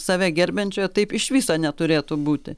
save gerbiančioje taip iš viso neturėtų būti